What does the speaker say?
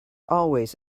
always